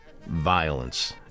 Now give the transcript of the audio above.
violence